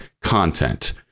content